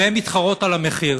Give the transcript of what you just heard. והן מתחרות על המחיר.